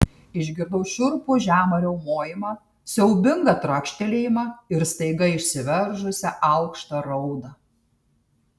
išgirdau šiurpų žemą riaumojimą siaubingą trakštelėjimą ir staiga išsiveržusią aukštą raudą